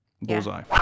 bullseye